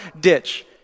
ditch